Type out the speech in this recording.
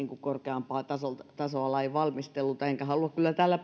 korkeampaa tasoa lainvalmistelulta enkä halua kyllä tällä